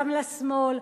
גם לשמאל,